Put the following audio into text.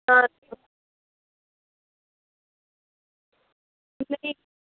हां